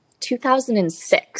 2006